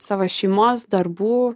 savo šeimos darbų